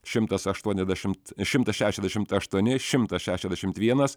šimtas aštuoniasdešimt šimtas šešiasdešimt aštuoni šimtas šešiasdešimt vienas